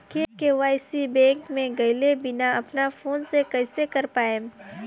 KYC bank मे गएले बिना अपना फोन से कइसे कर पाएम?